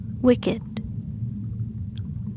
Wicked